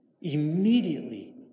immediately